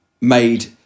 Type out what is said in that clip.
made